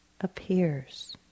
appears